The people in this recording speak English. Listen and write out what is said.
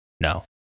No